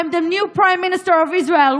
I am the new Prime Minister of Israel,